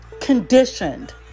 conditioned